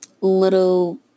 little